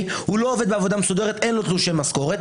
לא עובד בעבודה מסודרת, אין לו תלושי משכורת